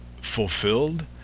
fulfilled